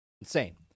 Insane